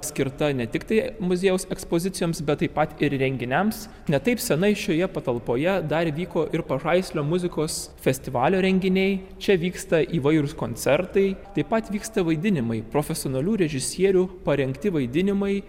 skirta ne tiktai muziejaus ekspozicijoms bet taip pat ir renginiams ne taip seniai šioje patalpoje dar vyko ir pažaislio muzikos festivalio renginiai čia vyksta įvairūs koncertai taip pat vyksta vaidinimai profesionalių režisierių parengti vaidinimai